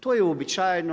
To je uobičajeno.